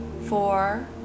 four